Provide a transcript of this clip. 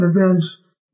events